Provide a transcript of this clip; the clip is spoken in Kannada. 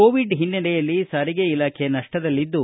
ಕೋವಿಡ್ ಹಿನ್ನೆಲೆಯಲ್ಲಿ ಸಾರಿಗೆ ಇಲಾಖೆ ನಪ್ಪದಲ್ಲಿದ್ದು